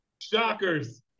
Shockers